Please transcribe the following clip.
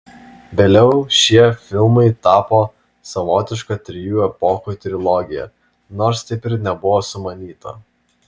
vėliau šie filmai tapo savotiška trijų epochų trilogija nors taip ir nebuvo sumanyta